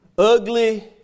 Ugly